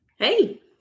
Hey